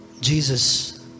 Jesus